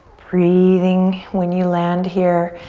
breathing when you land here.